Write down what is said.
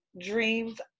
dreams